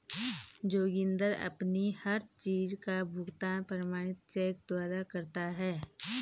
जोगिंदर अपनी हर चीज का भुगतान प्रमाणित चेक द्वारा करता है